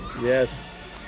yes